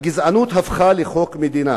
הגזענות הפכה לחוק מדינה,